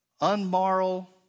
unmoral